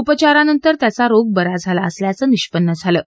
उपचारानंतर त्याचा रोग बरा झाला असल्याचं निष्पन्न झालं आहे